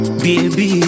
baby